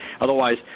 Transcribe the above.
Otherwise